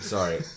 Sorry